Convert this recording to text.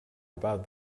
about